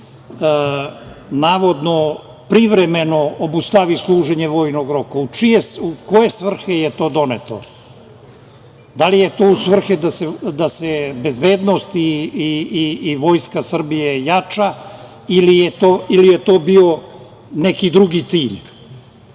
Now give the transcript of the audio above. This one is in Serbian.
navodno privremeno obustavi služenje vojnog roka? U koje svrhe je to doneto? Da li je to u svrhe da se bezbednost i vojska Srbije jača ili je to bio neki drugi